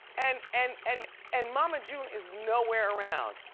and, and and, and mama june is nowhere around.